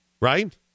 right